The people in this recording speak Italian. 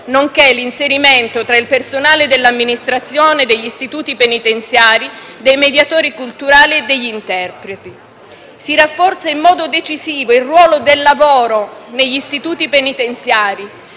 nonché l'inserimento, tra il personale dell'amministrazione degli istituti penitenziari, dei mediatori culturali e degli interpreti. Si rafforza in modo decisivo il ruolo del lavoro negli istituti penitenziari,